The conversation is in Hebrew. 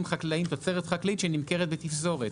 חקלאיים ותוצרת חקלאית שנמכרת בתפזורת?